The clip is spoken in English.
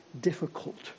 difficult